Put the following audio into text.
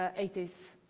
ah eighty s.